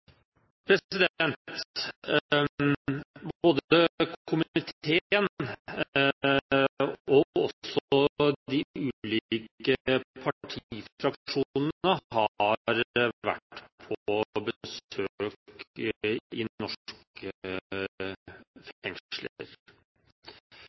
Både komiteen og de ulike partifraksjonene har vært på besøk i norske